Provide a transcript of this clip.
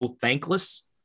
thankless